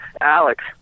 Alex